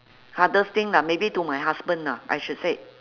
hardest thing ah maybe to my husband lah I should said